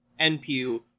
NPU